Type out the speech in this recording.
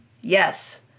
Yes